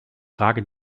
frage